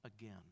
again